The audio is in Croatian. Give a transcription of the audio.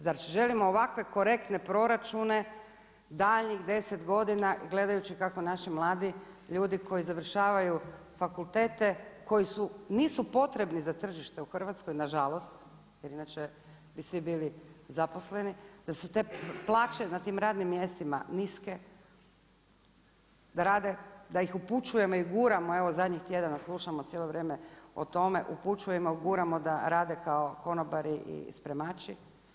Zar želimo ovakve korektne proračune, daljnjih 10 godina gledajući kako naši mladi ljudi koji završavaju fakultete, koji nisu potrebni za tržište u Hrvatska, nažalost, jer inače bi svi bili zaposleni, jer su te plaće, na tim radnim mjestima, niske, da rade, da ih upućujemo i guramo, evo zadnjih tjedana slušamo cijelo vrijeme o tome, upućujemo, uguramo da rade kao konobari i spremači.